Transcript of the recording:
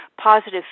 positive